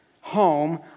home